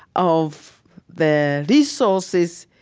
of the resources,